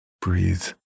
Breathe